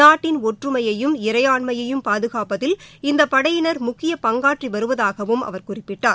நாட்டின் ஒற்றுமையையும் இறையாண்மையும் பாதுகாப்பதில் இந்த படையினா் முக்கிய பங்காற்றி வருவதாகவும் அவர் குறிப்பிட்டார்